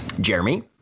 Jeremy